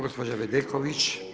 Gospođa Bedeković.